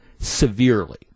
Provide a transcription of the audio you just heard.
severely